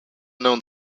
known